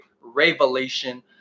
revelation